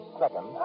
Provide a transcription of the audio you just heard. second